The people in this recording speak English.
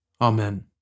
Amen